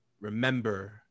remember